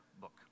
book